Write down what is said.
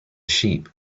sheep